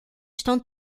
estão